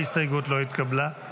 ההסתייגות לא התקבלה.